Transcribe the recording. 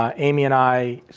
um amy and i,